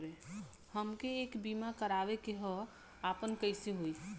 हमके एक बीमा करावे के ह आपन कईसे होई?